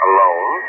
Alone